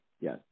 yes